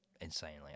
insanely